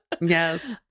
Yes